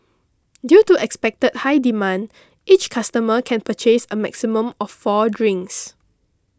due to expected high demand each customer can purchase a maximum of four drinks